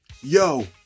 yo